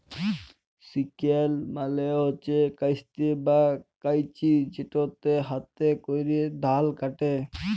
sickle মালে হচ্যে কাস্তে বা কাঁচি যেটাতে হাতে ক্যরে ধাল কাটে